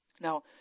Now